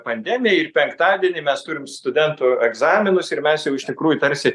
pandemija ir penktadienį mes turim studentų egzaminus ir mes jau iš tikrųjų tarsi